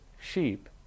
sheep